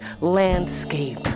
landscape